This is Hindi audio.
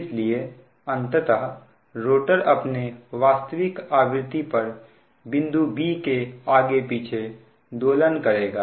इसलिए अंततः रोटर अपने वास्तविक आवृत्ति पर बिंदु b के आगे पीछे दोलन करेगा